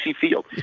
field